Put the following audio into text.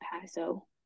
Paso